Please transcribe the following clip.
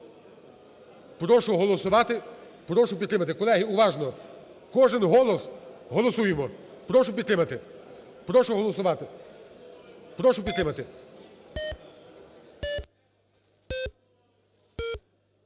Прошу голосувати, прошу підтримати. Колеги, уважно, кожний голос. Голосуємо, прошу підтримати. Прошу голосувати, прошу підтримати.